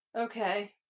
okay